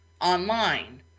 online